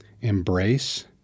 embrace